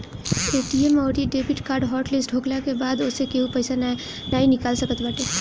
ATM अउरी debit card hot list होखला के बाद ओसे केहू पईसा नाइ निकाल सकत बाटे